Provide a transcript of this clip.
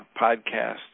podcast